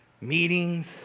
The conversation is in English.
meetings